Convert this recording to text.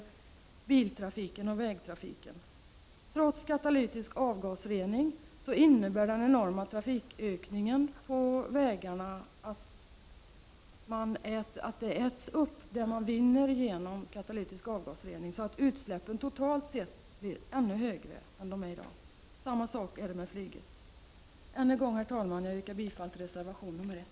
1989/90:35 garna: trots katalytisk avagasrening innebär den enorma trafikökningen på 29 november 1989 vägarna att det man vinner genom katalytisk avgasrening äts upp så attut== släppen totalt sett blir ännu högre än i dag. Samma sak gäller flyget. Jag ber än en gång att få yrka bifall till reservation 1.